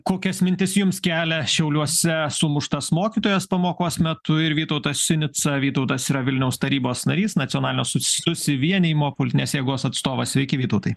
kokias mintis jums kelia šiauliuose sumuštas mokytojas pamokos metu ir vytautas sinica vytautas yra vilniaus tarybos narys nacionalinio susivienijimo politinės jėgos atstovas sveiki vytautai